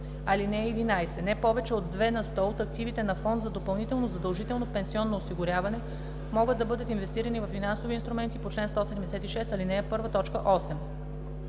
т. 7. (11) Не повече от 2 на сто от активите на фонд за допълнително задължително пенсионно осигуряване могат да бъдат инвестирани във финансови инструменти по чл. 176, ал. 1, т. 8.